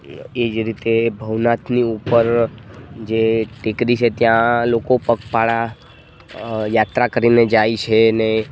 એ જ રીતે ભવનાથની ઉપર જે ટેકરી છે ત્યાં લોકો પગપાળા અ યાત્રા કરીને જાય છે ને